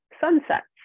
sunsets